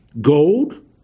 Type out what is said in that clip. gold